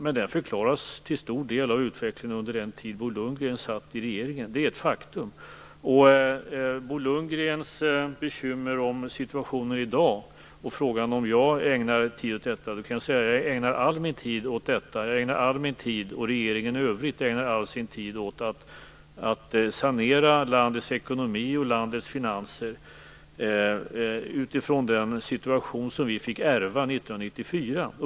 Men den förklaras till stor del av utvecklingen under den tid då Bo Lundgren satt i regeringen. Det är ett faktum. Bo Lundgren är bekymrad över situationen i dag och frågar om jag ägnar tid åt detta. Jag kan säga att jag ägnar all min tid åt detta. Jag och regeringen i övrigt ägnar all vår tid åt att sanera landets ekonomi och finanser utifrån den situation som vi fick ärva 1994.